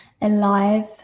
alive